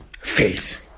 face